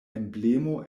emblemo